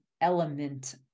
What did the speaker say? element